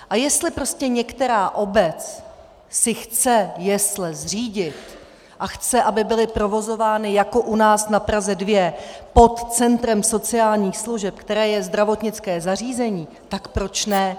A jestli prostě některá obec si chce jesle zřídit a chce, aby byly provozovány jako u nás na Praze 2 pod centrem sociálních služeb, které je zdravotnické zařízení, tak proč ne?